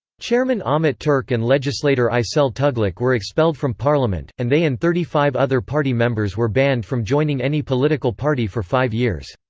chairman ahmet turk and legislator aysel tugluk were expelled from parliament, and they and thirty five other party members were banned from joining any political party for five years.